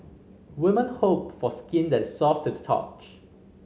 women hope for skin that is soft to the touch